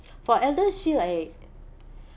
for ElderShield I